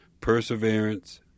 perseverance